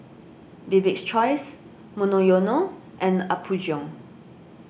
Bibik's Choice Monoyono and Apgujeong